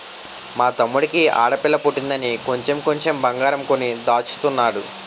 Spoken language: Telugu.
మా తమ్ముడికి ఆడపిల్ల పుట్టిందని కొంచెం కొంచెం బంగారం కొని దాచుతున్నాడు